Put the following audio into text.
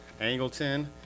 Angleton